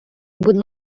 будь